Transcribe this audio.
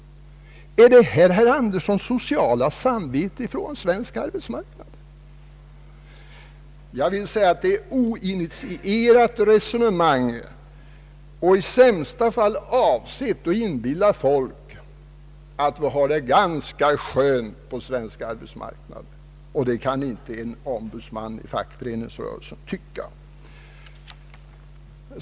Är detta herr Anderssons sociala samvete i fråga om svensk arbetsmarknad? Jag vill säga att det är ett oinitierat resonemang, och i sämsta fall avsett att inbilla folk att vi har det ganska skönt på den svenska arbetsmarknaden. Det kan inte en ombudsman inom fackföreningsrörelsen tycka.